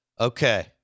Okay